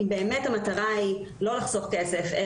אם באמת המטרה היא לא לחסוך כסף,